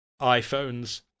iPhones